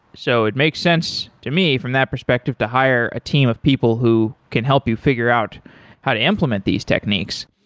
so it makes sense to me from that perspective to hire a team of people who can help you figure out how to implement these techniques.